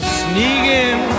sneaking